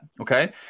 Okay